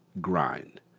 grind